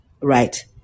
right